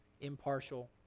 impartial